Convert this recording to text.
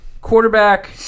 quarterback